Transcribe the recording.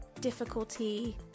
difficulty